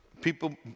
people